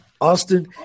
Austin